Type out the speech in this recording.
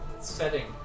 setting